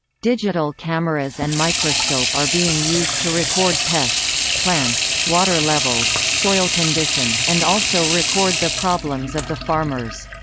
digital cameras and microscope are being used to record pests, plants, water levels, soil condition, and also record the problems of the farmers.